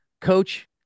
Coach